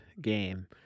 game